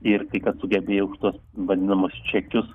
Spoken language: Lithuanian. ir tai kad sugebėjo už tuos vadinamus čekius